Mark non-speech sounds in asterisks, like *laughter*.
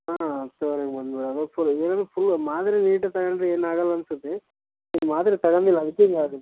ಹಾಂ ಸರಿ ಬಂದ್ಬಿಡು *unintelligible* ಫುಲ್ ಮಾತ್ರೆ ನೀಟಾಗಿ ತಗಂಡರೆ ಏನಾಗಲ್ಲ ಅನ್ಸುತ್ತೆ ನೀವು ಮಾತ್ರೆ ತಗಂಡಿಲ್ಲ ಅದಕ್ಕೆ ಹಿಂಗ್ ಆಗಿದ್ದು